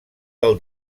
del